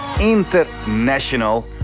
International